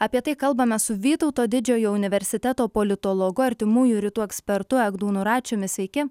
apie tai kalbame su vytauto didžiojo universiteto politologu artimųjų rytų ekspertu egdūnu račiumi sveiki